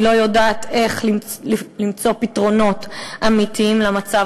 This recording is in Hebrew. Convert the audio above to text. היא לא יודעת איך למצוא פתרונות אמיתיים למצב.